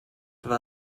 war